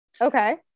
Okay